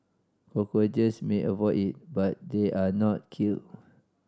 cockroaches may avoid it but they are not killed